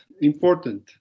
important